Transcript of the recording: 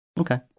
Okay